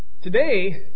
Today